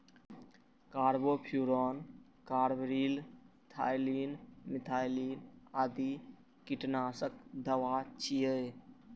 carbofuran, carbaryl, ethylene, methylene आदि कीटनाशक दवा छियै